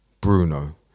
Bruno